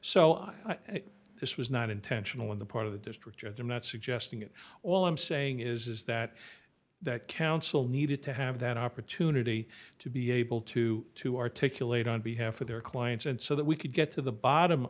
this was not intentional on the part of the district judge i'm not suggesting it all i'm saying is that that counsel needed to have that opportunity to be able to to articulate on behalf of their clients and so that we could get to the bottom